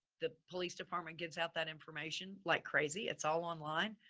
the police department gives out that information like crazy. it's all online,